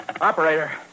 Operator